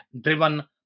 driven